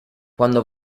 quando